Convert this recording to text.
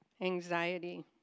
anxiety